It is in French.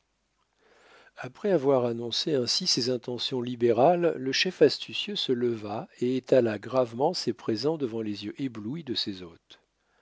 après avoir annoncé ainsi ses intentions libérales le chef astucieux se leva et étala gravement ses présents devant les yeux éblouis de ses hôtes